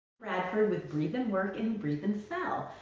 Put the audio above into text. bradford with breathe and work and breathe and sell.